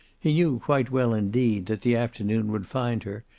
he knew quite well, indeed, that the afternoon would find her,